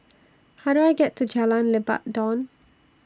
How Do I get to Jalan Lebat Daun